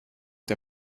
der